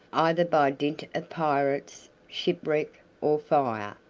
either by dint of pirates, shipwreck, or fire.